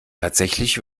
tatsächlich